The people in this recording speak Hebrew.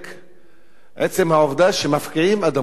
עצם העובדה שמפקיעים אדמות של פלסטינים,